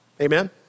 Amen